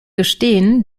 gestehen